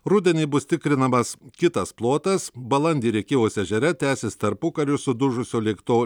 rudenį bus tikrinamas kitas plotas balandį rėkyvos ežere tęsis tarpukariu sudužusio lėktuvo